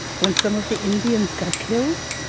when some of the indians got killed,